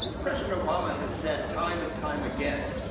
president obama has said time and time again,